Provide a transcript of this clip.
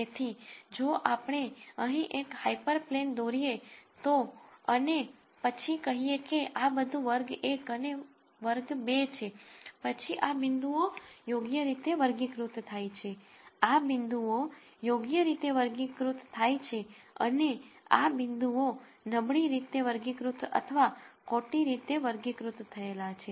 તેથી જો આપણે અહીં એક હાયપરપ્લેન દોરીએ તો અને પછી કહીએ કે આ બધું વર્ગ 1 અને આ વર્ગ 2 છે પછી આ બિંદુઓ યોગ્ય રીતે વર્ગીકૃત થાય છે આ બિંદુઓ યોગ્ય રીતે વર્ગીકૃત થાય છે અને આ બિંદુઓ નબળી રીતે વર્ગીકૃત થાય છે અથવા ખોટી રીતે વર્ગીકૃત થયેલ છે